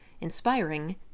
inspiring